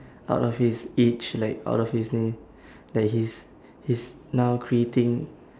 out of his age like out of his day like he's he's now creating